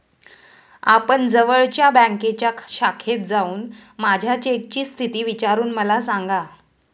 आपण जवळच्या बँकेच्या शाखेत जाऊन माझ्या चेकची स्थिती विचारून मला सांगा